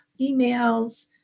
emails